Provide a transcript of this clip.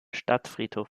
stadtfriedhof